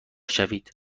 شوید